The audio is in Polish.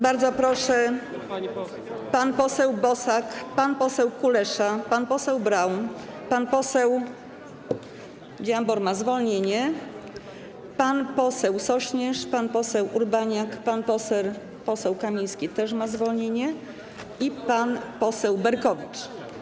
Bardzo proszę, pan poseł Bosak, pan poseł Kulesza, pan poseł Braun, pan poseł Dziambor ma zwolnienie, pan poseł Sośnierz, pan poseł Urbaniak, pan poseł Kamiński też ma zwolnienie, i pan poseł Berkowicz.